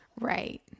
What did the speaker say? Right